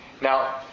Now